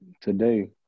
Today